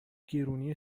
گرونی